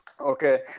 Okay